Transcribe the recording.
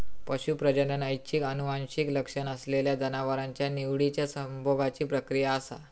पशू प्रजनन ऐच्छिक आनुवंशिक लक्षण असलेल्या जनावरांच्या निवडिच्या संभोगाची प्रक्रिया असा